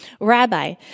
Rabbi